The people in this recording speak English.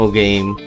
game